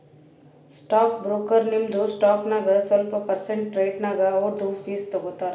stock broker ನಿಮ್ದು stock ನಾಗ್ ಸ್ವಲ್ಪ ಪರ್ಸೆಂಟ್ ರೇಟ್ನಾಗ್ ಅವ್ರದು ಫೀಸ್ ತಗೋತಾರ